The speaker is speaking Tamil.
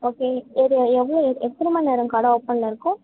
ஓகே இது எவ்வளோ எ எத்தனை மணி நேரம் கடை ஓப்பனில் இருக்கும்